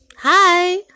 Hi